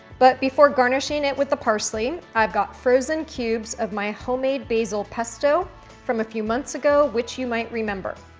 but before garnishing it with the parsley, i've got frozen cubes of my homemade basil pesto from a few months ago, which you might remember.